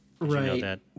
Right